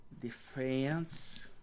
defense